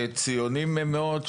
ציוניים מאוד,